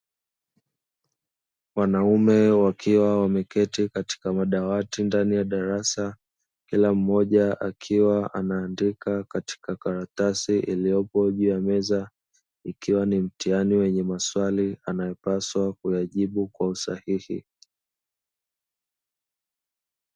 Wanaume wakiwa wameketi katika madawati ndani ya darasa kila mmoja akiwa anaandika katika karatasai iliyopo juu ya meza ikiwa ni mtihani wenye maswali anapaswa kuyajibu kwa usaahihi.